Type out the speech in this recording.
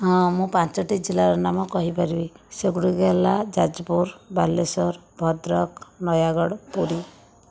ହଁ ମୁଁ ପାଞ୍ଚଟି ଜିଲ୍ଲାର ନାମ କହିପାରିବି ସେଗୁଡ଼ିକ ହେଲା ଯାଜପୁର ବାଲେଶ୍ୱର ଭଦ୍ରକ ନୟାଗଡ଼ ପୁରୀ